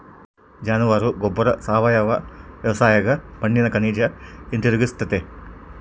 ಜಾನುವಾರ ಗೊಬ್ಬರ ಸಾವಯವ ವ್ಯವಸ್ಥ್ಯಾಗ ಮಣ್ಣಿಗೆ ಖನಿಜ ಹಿಂತಿರುಗಿಸ್ತತೆ